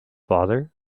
father